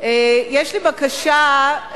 יש לי בקשה: